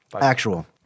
Actual